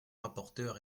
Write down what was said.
rapporteur